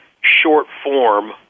short-form